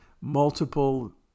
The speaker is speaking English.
multiple